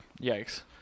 Yikes